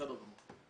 בסדר גמור.